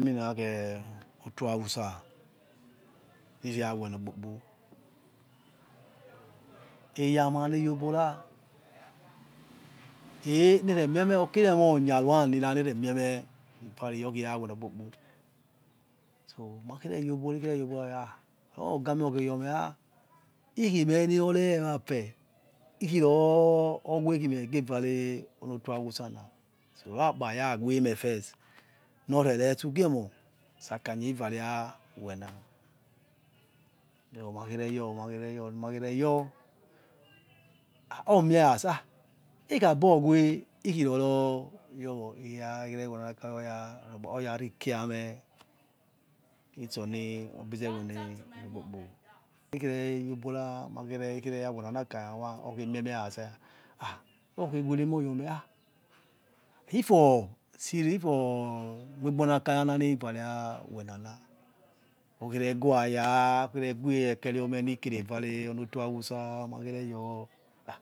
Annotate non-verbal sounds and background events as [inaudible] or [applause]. Eminakhie obo hausa rizerawena okpupu eyama newo obora [unintelligible] neremie meh okire emo onyara nira neremje meh ikare iyo khira weno okpupu si makhere. Ikhere yor obora ogame okheyome ha hekhime nirore wafe ikhiro are khimegevare onoto hausana so orakpaya weme first norere stfor agie moh sti akanya rivare ra wena than o makhere your makhere yor a meikhe ikhaborwe ikiro royowo akwere wewonakaya oyari key yame itse ebi zewe nokpukpu ikere your obora makere menonakanya okhemi eme aza ha okhewere meh as ifor see ifor wegbe ona kana na neni vare ah wena khanya okhere ghewa okhe reghe ekorio meni kere vare onoto hausa makhere your na